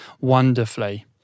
wonderfully